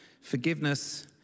Forgiveness